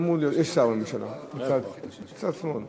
צעדים שנראים כנקמניים ולא סבירים,